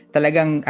Talagang